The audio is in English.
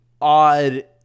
odd